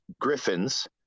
Griffins